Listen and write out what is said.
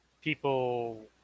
people